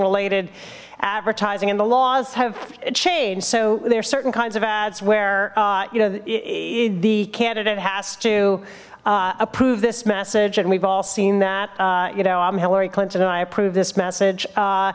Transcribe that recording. related advertising and the laws have changed so there are certain kinds of ads where you know the candidate has to approve this message and we've all seen that you know i'm hillary clinton and i approve this message